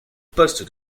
poste